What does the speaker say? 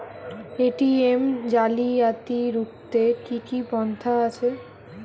ATM জালিয়াতি রুখতে কি কি পন্থা আছে?